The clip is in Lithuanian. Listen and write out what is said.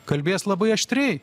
kalbės labai aštriai